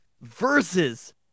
versus